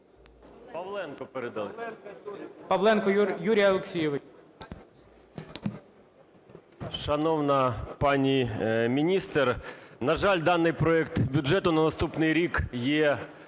Павленко Юрій Олексійович.